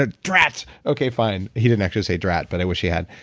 ah drats! okay, fine. he didn't actually say, drat but i wish he had.